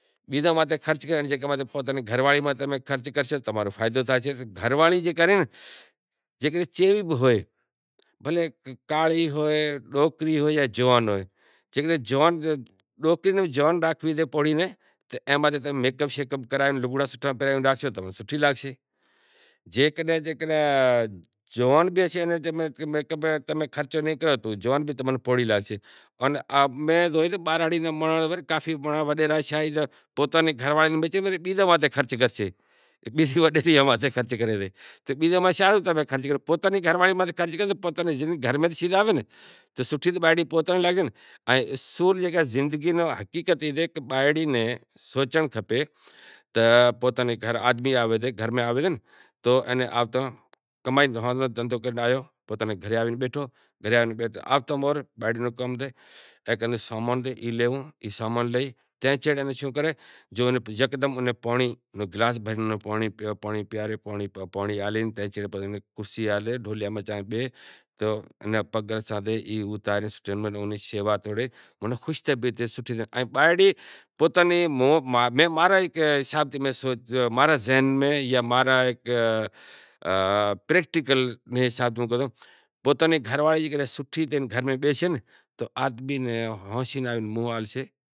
بیزاں ماتھے خرچ کرنڑ جکاں متھے گھر واڑی ماتھے خرچ کرشے تو تماں رو فائدو تھیشے گھر واڑی جے کرے جے چیوی بھی ہوئے بھلیں کاڑی ہوئے ڈوکری ہوئے جاں جوان ہوئے جیکڈینہں پوڑہی ناں بھی جوان راکھنڑی سے تو میک اپ سیک اپ کراوے لگڑا بگڑا سوٹھا پہراوے راکھشو تو سوٹھی لگشے جیکڈنہں جوان بھی سے میک اپ میک اپ میں خرچو نہیں کرو تو جوان بھی تماں نے پوڑہی لاگشے۔ میں زویو کہ بہراڑی نے کافی مانڑاں میں وڈیراشاہی پوتانی گھرواڑی ناں چھڈے وڑے بیزاں ماتھے خرچ کرشیں بیزاں نی لگایاں متھے خرچ کرشیں، تو بیزاں متھے چیاں روں خرچ کرو پوتانی گھر واڑی ماتھے خرچ کرو تو کو سیز گھر میں آوے ناں تو سوٹھی تو بائڑی پوتانی لگشے ان اصول زندگی نو ای تھے زائے کہ بائڑی ناں سوچنڑ کھپے کہ گھرے آوے تو سوٹھی لگے ائیں بائڑی نو فرض شے کہ کہ آڈمی گھرے آوے تو اوئے نی خدمت کرے روٹلے پانڑی نو پوسے تو ماں را ہیک حساب میں تھی میں سوچیو کہ ماں رے ذہن میں تو آدمی بائڑی ناں بھی سنبھالشے۔